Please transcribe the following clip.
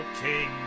king